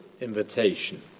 invitation